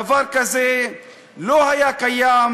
דבר כזה לא היה קיים,